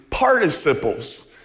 Participles